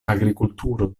agrikulturo